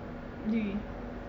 铝